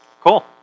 Cool